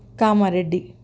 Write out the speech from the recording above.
Kamareddy